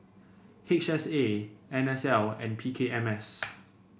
H S A N S L and P K M S